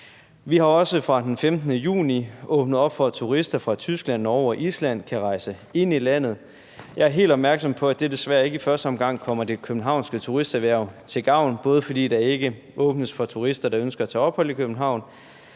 Vi har også fra den 15. juni åbnet op for, at turister fra Tyskland, Norge og Island kan rejse ind i landet. Jeg er helt opmærksom på, at det desværre ikke i første omgang kommer det københavnske turisterhverv til gavn, både fordi der ikke åbnes for turister, der ønsker at tage ophold i København,